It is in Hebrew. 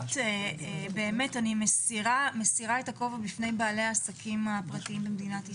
אני מסירה את הכובע בפני בעלי העסקים הפרטיים במדינת ישראל.